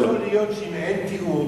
אבל לא יכול להיות שאם אין תיאום